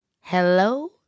Hello